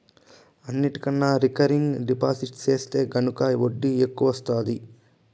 అన్నిటికన్నా recurring deposit సెత్తే గనక ఒడ్డీ ఎక్కవొస్తాది